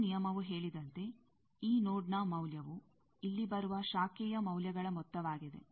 ಕೊನೆಯ ನಿಯಮವು ಹೇಳಿದಂತೆ ಈ ನೋಡ್ನ ಮೌಲ್ಯವು ಇಲ್ಲಿ ಬರುವ ಶಾಖೆಯ ಮೌಲ್ಯಗಳ ಮೊತ್ತವಾಗಿದೆ